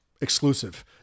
exclusive